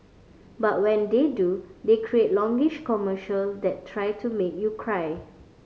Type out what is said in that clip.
but when they do they create longish commercial that try to make you cry